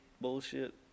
bullshit